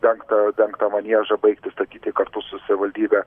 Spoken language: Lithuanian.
dengtą dengtą maniežą baigti statyti kartu su savivaldybe